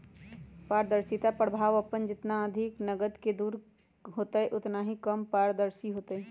पारदर्शिता प्रभाव अपन जितना अधिक नकद से दूर होतय उतना ही कम पारदर्शी होतय